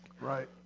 Right